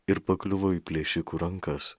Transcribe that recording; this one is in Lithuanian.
ir pakliuvo į plėšikų rankas